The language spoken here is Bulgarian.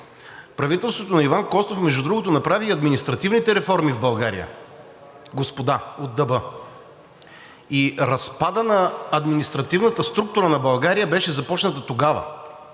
Правителството на Иван Костов, между другото, направи и административните реформи в България, господа от ДБ, и разпадът на административната структура на България беше започнат тогава,